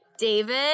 David